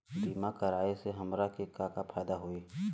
बीमा कराए से हमरा के का फायदा होई?